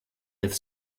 live